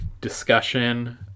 discussion